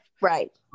Right